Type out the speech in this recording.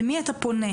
למי אתה פונה?